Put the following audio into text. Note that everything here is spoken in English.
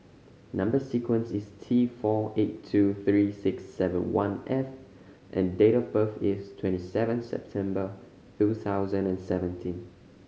number sequence is T four eight two three six seven one F and date of birth is twenty seven September two thousand and seventeen